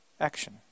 action